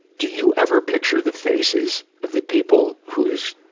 do you ever picture the faces of the people whose